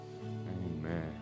amen